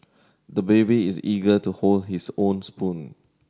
the baby is eager to hold his own spoon